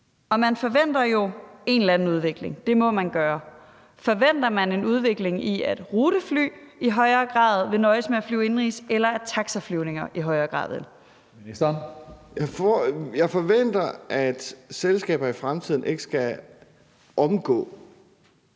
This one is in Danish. Man forventer jo en eller anden udvikling, det må man gøre. Forventer man en udvikling, der peger hen imod, at rutefly i højere grad vil nøjes med at flyve indenrigs, eller at taxaflyvninger i højere grad vil? Kl. 14:41 Tredje næstformand (Karsten